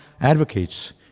advocates